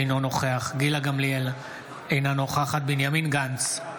אינו נוכח גילה גמליאל, אינה נוכחת בנימין גנץ,